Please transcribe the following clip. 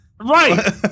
Right